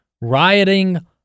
rioting